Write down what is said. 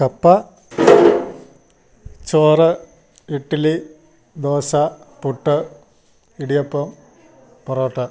കപ്പ ചോറ് ഇട്ട്ലി ദോശ പുട്ട് ഇടിയപ്പം പൊറോട്ട